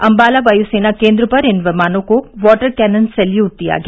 अंबाला वायुसेना केंद्र पर इन विमानों को वॉटर कैनन सैल्यूट दिया गया